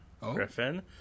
Griffin